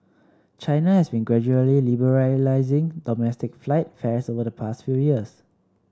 China has been gradually liberalising domestic flight fares over the past few years